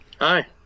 Hi